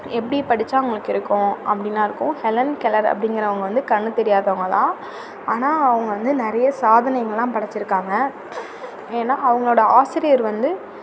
எப்படி படித்தா அவங்களுக்கு இருக்கும் அப்படின்னா இருக்கும் ஹெலன் கெல்லர் அப்படிங்கிறவங்க வந்து கண் தெரியாதவங்க தான் ஆனால் அவங்க வந்து நிறைய சாதனைகள்லாம் படைத்திருக்காங்க ஏன்னா அவங்களோடய ஆசிரியர் வந்து